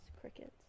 crickets